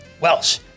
Welsh